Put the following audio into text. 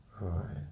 Right